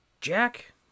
Jack